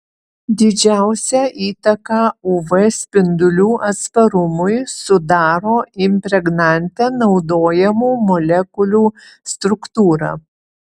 didžiausią įtaką uv spindulių atsparumui sudaro impregnante naudojamų molekulių struktūra